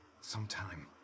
sometime